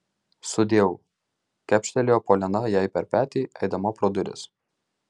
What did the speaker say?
sudieu kepštelėjo poliana jai per petį eidama pro duris